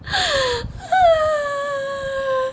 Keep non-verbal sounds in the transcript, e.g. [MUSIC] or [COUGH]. [LAUGHS]